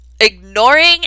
ignoring